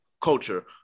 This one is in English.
culture